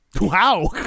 Wow